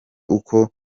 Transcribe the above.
uko